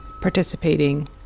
participating